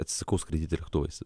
atsisakau skraidyti lėktuvais